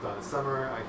Summer